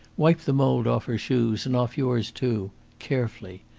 wipe the mould off her shoes and off yours too carefully.